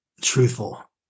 truthful